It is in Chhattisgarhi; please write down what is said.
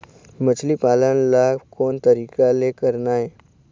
मछली पालन ला कोन तरीका ले करना ये?